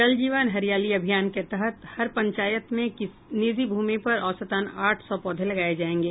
जल जीवन हरियाली अभियान के तहत हर पंचायत में निजी भूमि पर औसतन आठ सौ पौधे लगाये जायेंगे